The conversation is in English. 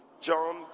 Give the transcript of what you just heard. John